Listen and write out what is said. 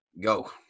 Go